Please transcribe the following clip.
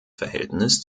verhältnis